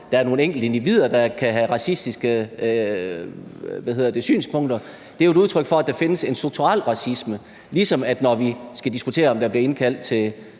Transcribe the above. der er nogle enkelte individer, der kan have racistiske synspunkter, men et udtryk for, at der findes en strukturel racisme. Det samme gælder, når vi skal diskutere, om muslimske bønnekald skal